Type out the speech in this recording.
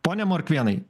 pone morkvėnai